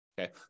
Okay